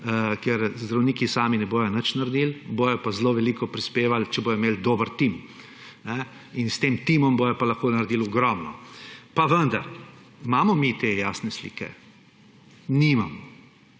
ker zdravniki sami ne bodo nič naredili, bodo pa zelo veliko prispevali, če bodo imeli dober tim; in s tem timom bodo pa lahko naredili ogromno. Pa vendar, imamo mi te jasne slike? Nimamo.